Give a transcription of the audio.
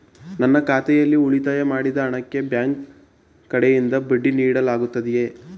ನನ್ನ ಖಾತೆಯಲ್ಲಿ ಉಳಿತಾಯ ಮಾಡಿದ ಹಣಕ್ಕೆ ಬ್ಯಾಂಕ್ ಕಡೆಯಿಂದ ಬಡ್ಡಿ ನೀಡಲಾಗುತ್ತದೆಯೇ?